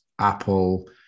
Apple